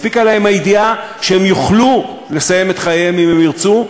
הספיקה להם הידיעה שהם יוכלו לסיים את חייהם אם הם ירצו,